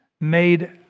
made